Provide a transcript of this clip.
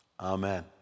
Amen